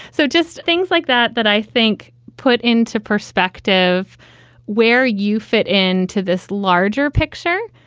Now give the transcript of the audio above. so just things like that that i think put into perspective where you fit in to this larger picture.